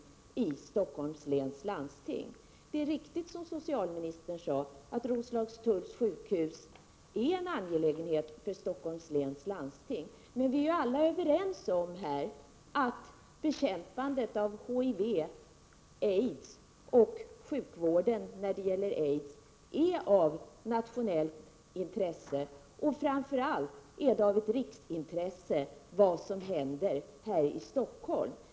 Det är riktigt, som socialministern sade, att Roslagstulls sjukhus är en angelägenhet för Stockholms läns landsting, men vi är alla överens om här att bekämpandet av HIV och aids är ett nationellt intresse, liksom sjukvården när det gäller aids. Framför allt är det av riksintresse vad som händer här i Stockholm.